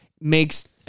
makes